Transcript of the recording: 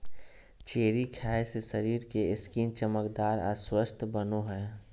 cherry खाय से शरीर के स्किन चमकदार आर स्वस्थ बनो हय